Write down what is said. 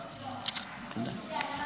תודה.